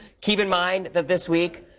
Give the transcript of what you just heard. keep in mind that, this week,